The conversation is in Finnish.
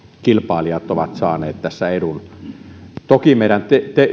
kilpailijat ovat saaneet tässä edun toki meidän